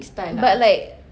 but like